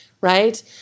right